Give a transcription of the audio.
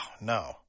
no